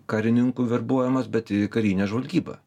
karininkų verbuojamas bet į karinę žvalgybą